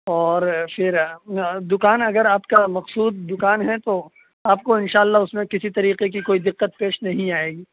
اور پھر دوکان اگر آپ کا مقصود دوکان ہے تو آپ کو انشاء اللہ اس میں کسی طریقے کی کوئی دقت پیش نہیں آئے گی